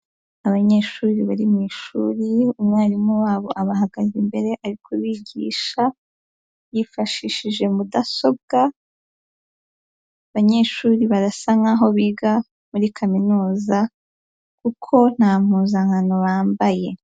Abanyeshuri bari mu ishuri, umwarimu wabo abahagaze imbere ari bigisha, yifashishije mudasobwa. Banyeshuri barasa nkaho biga muri kaminuza, kuko nta mpuzankano bambaye.